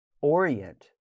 orient